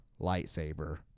lightsaber